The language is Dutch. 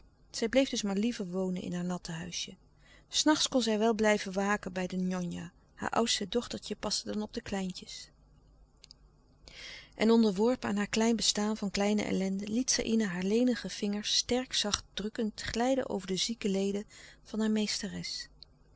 zij bleef dus maar liever wonen in haar natte huisje s nachts kon zij wel blijven waken bij de njonja haar oudste dochtertje paste dan op de kleintjes en onderworpen aan haar klein bestaan van kleine ellende liet saïna haar lenige vingers sterk zacht drukkend glijden over de zieke leden van haar meesteres